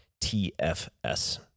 TFS